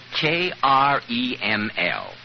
K-R-E-M-L